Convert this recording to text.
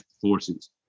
Forces